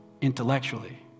intellectually